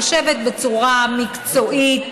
היא יושבת בצורה מקצועית,